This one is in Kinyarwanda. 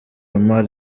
omar